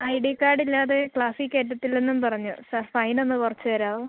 I D card ഇല്ലാതെ ക്ലാസിൽ കയറ്റത്തില്ലെന്നും പറഞ്ഞു സാർ ഫൈൻ ഒന്ന് കുറച്ചുതരാവോ